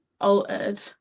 altered